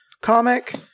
comic